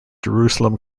jerusalem